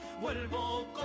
Vuelvo